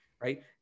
right